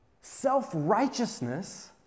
Self-righteousness